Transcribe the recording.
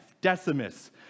decimus